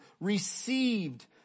received